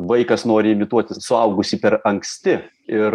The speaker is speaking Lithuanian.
vaikas nori imituoti suaugusį per anksti ir